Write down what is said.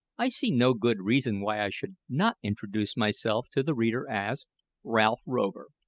i see no good reason why i should not introduce myself to the reader as ralph rover.